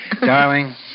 Darling